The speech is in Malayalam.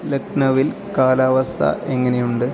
ലക്നൗവിൽ കാലാവസ്ഥ എങ്ങനെയുണ്ട്